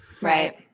Right